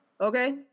okay